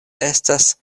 estas